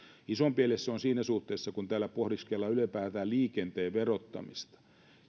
isompi ele se on siinä suhteessa kun täällä pohdiskellaan ylipäätään liikenteen verottamista